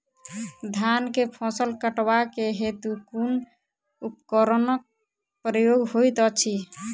धान केँ फसल कटवा केँ हेतु कुन उपकरणक प्रयोग होइत अछि?